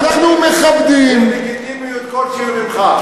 אני לא צריך לגיטימיות ממך.